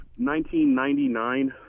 1999